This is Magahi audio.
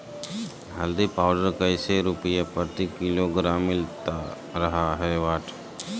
हल्दी पाउडर कैसे रुपए प्रति किलोग्राम मिलता रहा है?